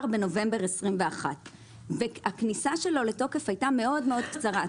בנובמבר 21'. הכניסה שלו לתוקף הייתה מאוד קצרה.